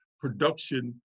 production